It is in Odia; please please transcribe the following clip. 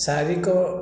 ଶାରୀରିକ